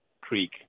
Creek